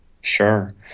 Sure